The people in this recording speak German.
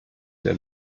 der